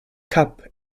cup